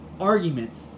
Arguments